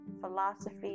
philosophy